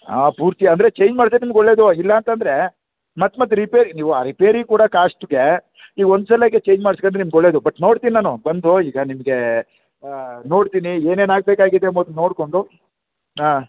ಆಂ ಪೂರ್ತಿ ಅಂದರೆ ಚೇಂಜ್ ಮಾಡಿದ್ರೆ ನಿಮ್ಗೆ ಒಳ್ಳೆಯದು ಇಲ್ಲ ಅಂತಂದರೆ ಮತ್ತೆ ಮತ್ತೆ ರಿಪೇರ್ ನೀವು ಆ ರಿಪೇರಿ ಕೊಡೋ ಕಾಸ್ಟ್ಗೆ ನೀವು ಒಂದು ಸಲಕ್ಕೆ ಚೇಂಜ್ ಮಾಡ್ಸ್ಕಂಡ್ರೆ ನಿಮ್ಗೆ ಒಳ್ಳೆಯದು ಬಟ್ ನೋಡ್ತೀನಿ ನಾನು ಬಂದು ಈಗ ನಿಮಗೆ ನೋಡ್ತೀನಿ ಏನೇನು ಆಗಬೇಕಾಗಿದೆ ಮೊದ್ಲು ನೋಡಿಕೊಂಡು ಆಂ